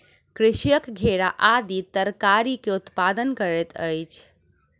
कृषक घेरा आदि तरकारीक उत्पादन करैत अछि